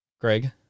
Greg